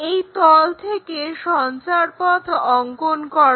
এই তল থেকে সঞ্চারপথ অঙ্কন করো